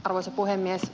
arvoisa puhemies